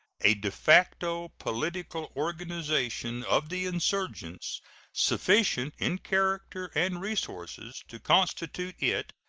a de facto political organization of the insurgents sufficient in character and resources to constitute it,